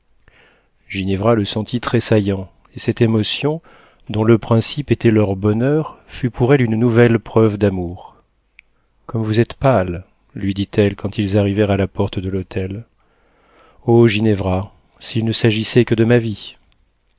le sentit tressaillant et cette émotion dont le principe était leur bonheur fut pour elle une nouvelle preuve d'amour comme vous êtes pâle lui dit-elle quand ils arrivèrent à la porte de l'hôtel o ginevra s'il ne s'agissait que de ma vie